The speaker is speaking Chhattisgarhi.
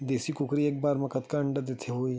देशी कुकरी एक बार म कतेकन अंडा देत होही?